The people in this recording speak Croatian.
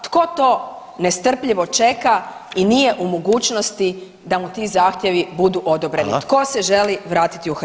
Tko to nestrpljivo čeka i nije u mogućnosti da mu ti zahtjevi budu odobreni? [[Upadica Reiner: Hvala.]] Tko se želi vratiti u Hrvatsku?